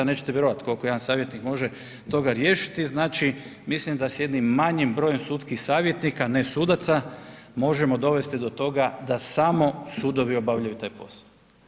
Nećete vjerovati koliko jedan savjetnik može toga riješiti, mislim da s jednim manjim brojem sudskih savjetnika, ne sudaca, možemo dovesti do toga da samo sudovi obavljaju taj posao.